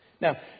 Now